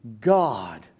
God